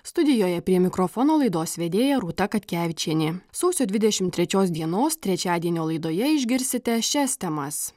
studijoje prie mikrofono laidos vedėja rūta katkevičienė sausio dvidešimt trečios dienos trečiadienio laidoje išgirsite šias temas